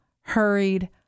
hurried